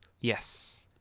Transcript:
Yes